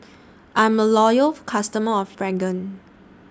I'm A Loyal customer of Pregain